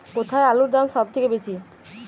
কোথায় আলুর দাম সবথেকে বেশি?